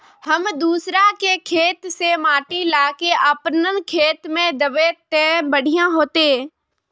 हम दूसरा के खेत से माटी ला के अपन खेत में दबे ते बढ़िया होते?